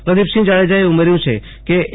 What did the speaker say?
પ્રદિપસિંહ જાડેજાએ ઉમેર્યું છે કે એ